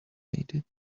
needed